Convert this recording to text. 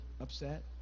upset